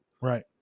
Right